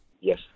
Yes